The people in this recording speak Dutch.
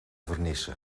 vernissen